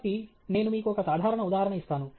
కాబట్టి నేను మీకు ఒక సాధారణ ఉదాహరణ ఇస్తాను